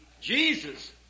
Jesus